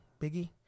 Biggie